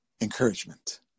encouragement